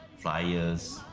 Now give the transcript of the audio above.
flyers,